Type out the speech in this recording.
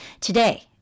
Today